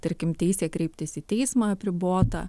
tarkim teisė kreiptis į teismą apribota